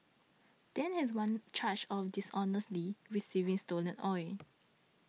Dang has one charge of dishonestly receiving stolen oil